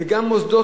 וגם מוסדות,